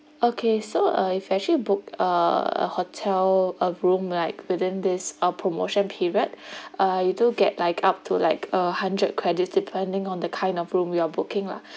okay so uh you've actually booked uh hotel uh room like within this uh promotion period uh you do get like up to like a hundred credit depending on the kind of room you are booking lah